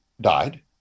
died